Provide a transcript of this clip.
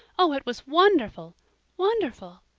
oh, it was wonderful wonderful.